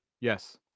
Yes